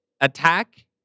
attack